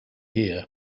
here